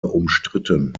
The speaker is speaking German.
umstritten